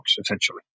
essentially